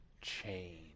change